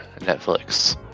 Netflix